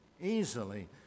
easily